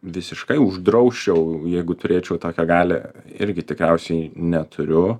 visiškai uždrausčiau jeigu turėčiau tokią galią irgi tikriausiai neturiu